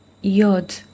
Yod